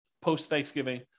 post-Thanksgiving